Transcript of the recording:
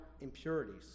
impurities